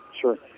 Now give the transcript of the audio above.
Sure